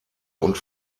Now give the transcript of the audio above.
und